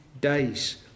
days